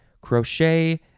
Crochet